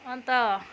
अन्त